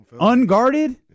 Unguarded